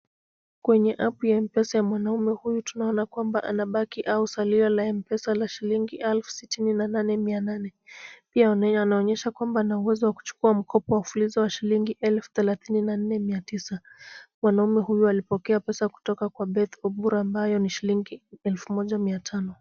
Kwenye apu ya mpesa ya mwanaume huyu tunamwona ana baki au salio la mpesa la shilingi elfu sitini na nane mia nane. Pia anaonyesha ana uwezo wa kuchukua mkopo wa fuliza wa shilingi elfu thelathini na nne mia tisa. Mwanaume huyu alipokea pesa kutoka kwa Beth Obura ambayo ni shilingi elfu moja mia tano.